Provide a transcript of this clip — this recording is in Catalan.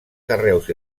carreus